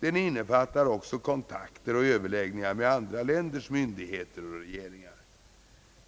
Den innefattar också kontakter och överläggningar med andra länders myndigheter och regeringar.